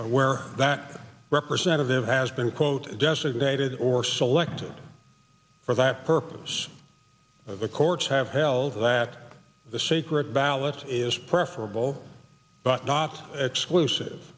where that representative has been quote designated or selected for that purpose of the courts have held that the secret ballot is preferable but not exclusive